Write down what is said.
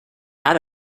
out